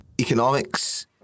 economics